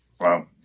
wow